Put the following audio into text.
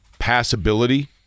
passability